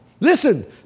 Listen